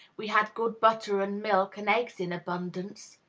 we had good butter and milk, and eggs in abundance.